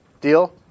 Deal